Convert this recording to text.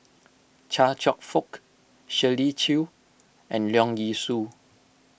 Chia Cheong Fook Shirley Chew and Leong Yee Soo